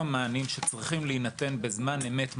מענים שצריכים להינתן בצורה נכונה בזמן אמת,